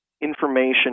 information